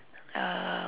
uh